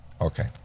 Okay